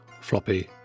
floppy